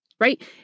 right